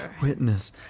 witness